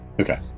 Okay